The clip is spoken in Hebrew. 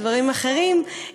דברים אחרים.